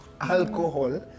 alcohol